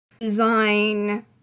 Design